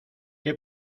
qué